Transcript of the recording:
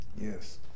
yes